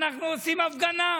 אנחנו עושים הפגנה.